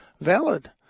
valid